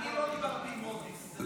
לא דיברתי עם מודי'ס.